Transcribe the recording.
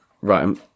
right